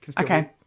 Okay